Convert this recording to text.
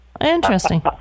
Interesting